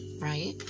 right